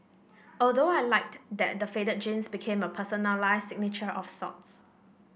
although I liked that the faded jeans became a personalised signature of sorts